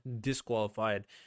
disqualified